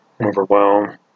overwhelm